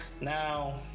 Now